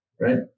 right